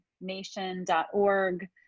nation.org